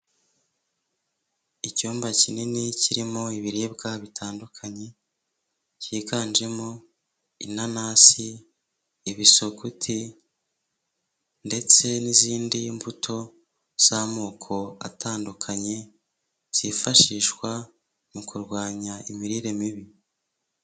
Icyumba kinini kirimo ibiribwa bitandukanye, byiganjemo inanasi, ibisuguti ndetse n'izindi mbuto z'amoko atandukanye, zifashishwa mu kurwanya imirire mibi.